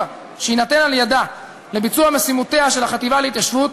שיינתן על-ידה לביצוע משימותיה של החטיבה להתיישבות,